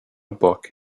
book